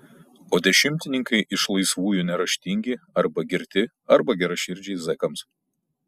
o dešimtininkai iš laisvųjų neraštingi arba girti arba geraširdžiai zekams